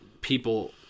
people